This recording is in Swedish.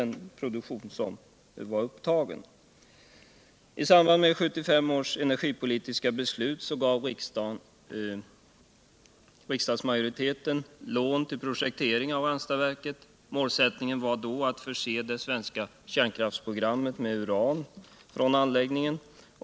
I samband med 1975 års energipolitiska beslut gav riksdagsmajoriteten ”Lån till projektering av Ranstadsverket”. Målsättningen var då att förse det svenska kärnkraftsprogrammet med uran från anläggningen.